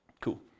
Cool